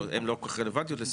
לא, הן לא כל כך רלוונטיות לסיעודי.